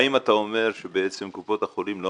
האם אתה אומר שבעצם קופות החולים לא